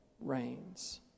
reigns